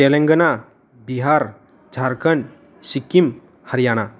Telangana Bihar Jharkhand Sikkim Haryana